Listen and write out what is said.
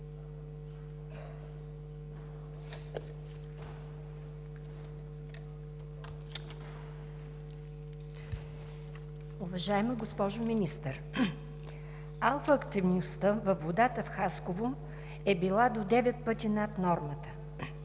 Уважаема госпожо Министър, алфа-активността във водата в Хасково е била до 9 пъти над нормата.